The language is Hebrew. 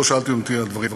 לא שאלתם על הדברים הללו.